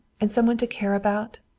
and some one to care about,